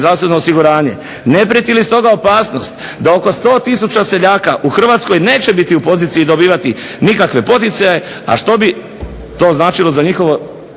zdravstveno osiguranje. Ne prijeti li stoga opasnost da oko 100000 seljaka u Hrvatskoj neće biti u poziciji dobivati nikakve poticaje, a što bi to značilo za njihovo